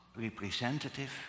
representative